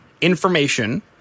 information